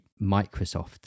Microsoft